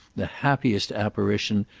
the happiest apparition,